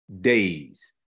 days